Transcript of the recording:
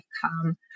come